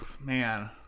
man